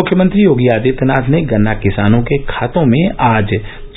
मुख्यमंत्री योगी आदित्यनाथ ने गन्ना किसानों के खातों में आज